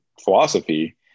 philosophy